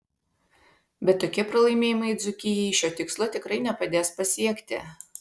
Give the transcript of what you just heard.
bet tokie pralaimėjimai dzūkijai šio tikslo tikrai nepadės pasiekti